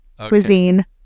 cuisine